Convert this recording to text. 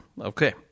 Okay